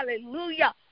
hallelujah